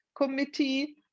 committee